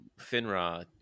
Finra